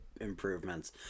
improvements